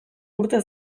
urte